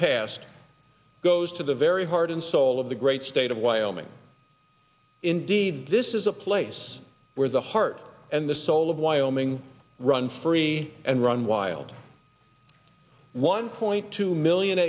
passed goes to the very heart and soul of the great state of wyoming indeed this is a place where the heart and the soul of wyoming run free and run wild one point two million